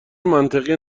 منطقی